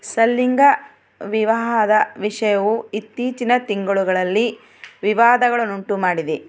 ಸಲಿಂಗ ವಿವಾಹದ ವಿಷಯವು ಇತ್ತೀಚಿನ ತಿಂಗಳುಗಳಲ್ಲಿ ವಿವಾದಗಳನ್ನುಂಟು ಮಾಡಿದೆ